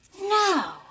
No